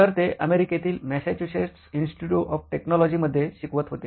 तर ते अमेरिकेतील मॅसेच्युसेट्स इन्स्टिट्यूट ऑफ टेक्नॉलॉजी मध्ये शिकवत होते